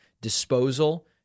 disposal